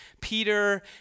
Peter